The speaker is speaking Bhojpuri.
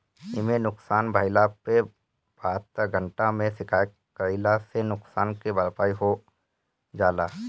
इमे नुकसान भइला पे बहत्तर घंटा में शिकायत कईला से नुकसान के भरपाई हो जाला